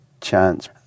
chance